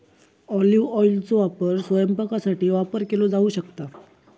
olive ऑइलचो वापर स्वयंपाकासाठी वापर केलो जाऊ शकता